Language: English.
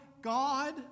God